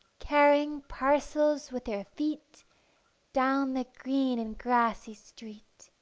carrying parcels with their feet down the green and grassy street.